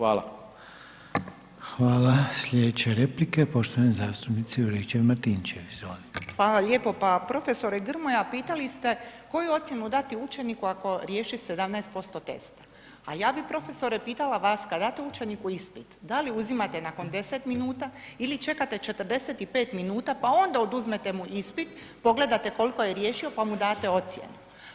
Hvala lijepo, pa profesore Grmoja pitali ste koju ocjenu dati učeniku ako riješi 17% testa, a ja bi profesore pitala vas kad date učeniku ispit da li uzimate nakon 10 minuta ili čekate 45 minuta pa onda oduzmete mu ispit, pogledate koliko je riješio pa mu date ocjenu.